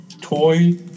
toy